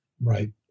Right